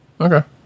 Okay